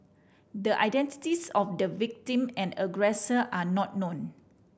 the identities of the victim and aggressor are not known